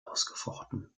ausgefochten